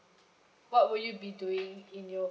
what will you be doing in your